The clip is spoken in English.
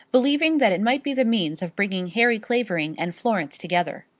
believing that it might be the means of bringing harry clavering and florence together.